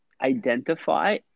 identify